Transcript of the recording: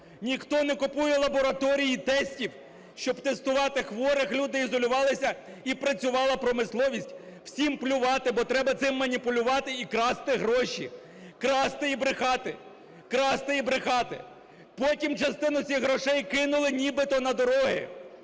Ніхто не купує лабораторії тестів, щоб тестувати хворих, люди ізолювалися і працювала промисловість, всім плювати, бо треба цим маніпулювати і красти гроші, красти і брехати, красти і брехати, потім частину цих грошей кинули нібито на дороги.